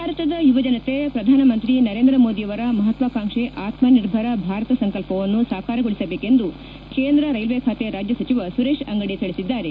ಭಾರತದ ಯುವ ಜನತೆ ಪ್ರಧಾನಿ ನರೇಂದ್ರ ಮೋದಿಯವರ ಮಹಾತ್ವಾಕಾಂಕ್ಷಿ ಆತ್ಮ ನಿರ್ಭರ ಭಾರತ ಸಂಕಲ್ಪವನ್ನು ಸಾಕಾರಗೊಳಿಸಬೇಕೆಂದು ಕೇಂದ್ರ ರೈಲ್ವೆ ಖಾತೆ ರಾಜ್ಯ ಸಚಿವ ಸುರೇಶ್ ಅಂಗಡಿ ತಿಳಿಸಿದ್ದಾರೆ